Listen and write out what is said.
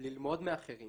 ללמוד מאחרים,